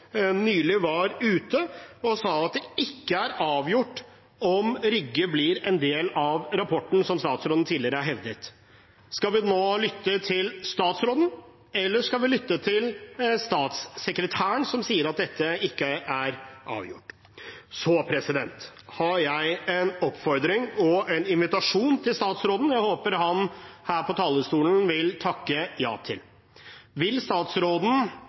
ute og sa at det ikke er avgjort om Rygge blir en del av rapporten, som statsråden tidligere har hevdet. Skal vi nå lytte til statsråden, eller skal vi lytte til statssekretæren, som sier at dette ikke er avgjort? Så har jeg en oppfordring og en invitasjon til statsråden som jeg håper han her fra talerstolen vil takke ja til. Vil statsråden